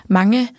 mange